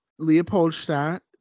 Leopoldstadt